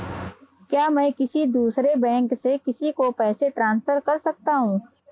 क्या मैं किसी दूसरे बैंक से किसी को पैसे ट्रांसफर कर सकता हूं?